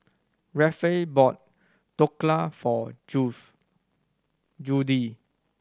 Rafe bought Dhokla for Judith